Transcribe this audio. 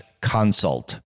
consult